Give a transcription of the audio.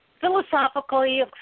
philosophically